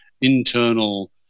internal